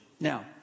Now